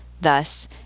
Thus